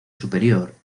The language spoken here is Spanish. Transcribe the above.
superior